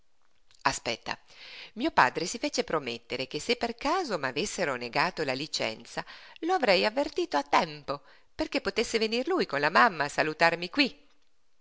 aspetta mio padre si fece promettere che se per caso m'avessero negato la licenza lo avrei avvertito a tempo perché potesse venir lui con la mamma a salutarmi qui